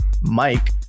Mike